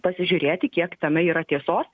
pasižiūrėti kiek tame yra tiesos